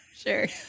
Sure